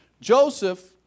Joseph